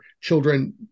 children